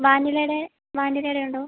വാനിലയുടെ വാനിലയുടേതുണ്ടോ